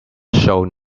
showed